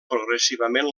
progressivament